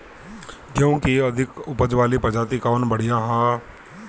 गेहूँ क अधिक ऊपज वाली प्रजाति कवन बढ़ियां ह?